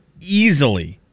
easily